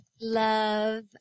love